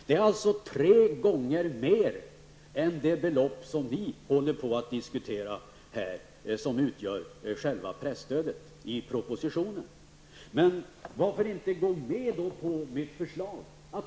Det är tre gånger mer än det belopp som själva presstödet utgör i propositionen. Varför inte gå med på mitt förslag?